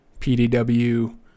PDW